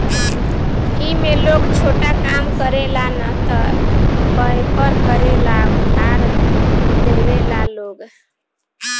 ए में लोग छोटा काम करे ला न त वयपर करे ला उधार लेवेला लोग